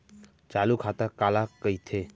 चालू खाता काला कहिथे?